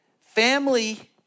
family